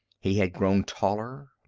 he had grown taller,